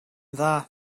dda